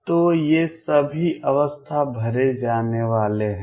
तो ये सभी अवस्था भरे जाने वाले हैं